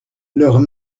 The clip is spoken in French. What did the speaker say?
leurs